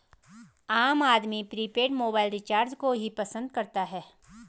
आम आदमी prepaid mobile recharge को ही पसंद करता है